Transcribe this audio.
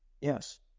Yes